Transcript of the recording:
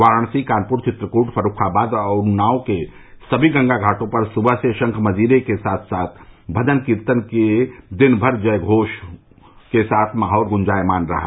वाराणसी कानपुर चित्रकूट फर्रुखाबाद और उन्नाव के सभी गंगा घाटों पर सुबह से शंख मंजीरा के साथ भजन कीर्तन के बीच दिनभर जय उदघोष के साथ माहौल गुंजायमान रहा